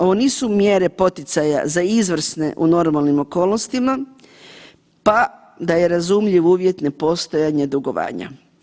Ovo nisu mjere poticaja za izvrsne u normalnim okolnostima pa da je razumljiv uvjet nepostojanje dugovanja.